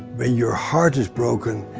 when your heart is broken,